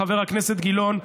חבר הכנסת גילאון,